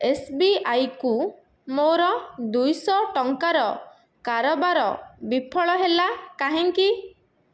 ଏସ୍ବିଆଇକୁ ମୋର ଦୁଇଶହ ଟଙ୍କାର କାରବାର ବିଫଳ ହେଲା କାହିଁକି